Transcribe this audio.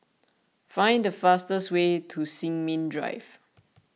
find the fastest way to Sin Ming Drive